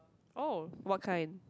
oh what kind